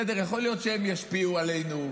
יכול להיות שהם ישפיעו עלינו,